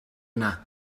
yna